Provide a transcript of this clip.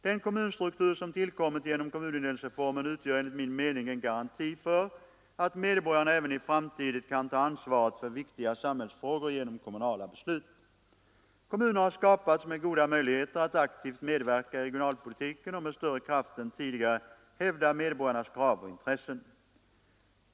Den kommunstruktur som tillkommit genom kommunindelningsreformen utgör enligt min mening en garanti för att medborgarna även i framtiden kan ta ansvaret för viktiga samhällsfrågor genom kommunala beslut. Kommuner har skapats med goda möjligheter att aktivt medverka i regionalpolitiken och med större kraft än tidigare hävda medborgarnas krav och intressen.